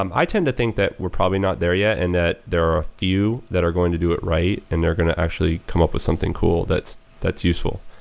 um i tend to think that we're probably not there yet, and that there are a few that are going to do it right and they're going to actually come up with something cool that's that's useful.